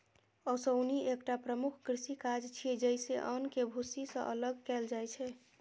ओसौनी एकटा प्रमुख कृषि काज छियै, जइसे अन्न कें भूसी सं अलग कैल जाइ छै